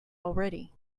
already